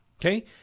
okay